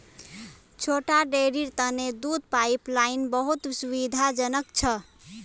छोटा डेरीर तने दूध पाइपलाइन बहुत सुविधाजनक छ